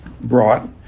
brought